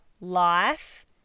Life